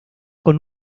con